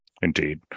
Indeed